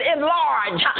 Enlarge